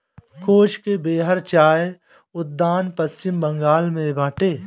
कोच बेहर चाय उद्यान पश्चिम बंगाल में बाटे